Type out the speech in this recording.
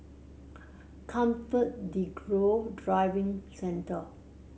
ComfortDelGro Driving Centre